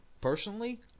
Personally